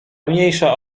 mniejsza